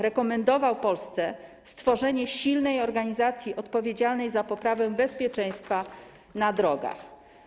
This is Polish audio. Rekomendował Polsce stworzenie silnej organizacji odpowiedzialnej za poprawę bezpieczeństwa na drogach.